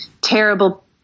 Terrible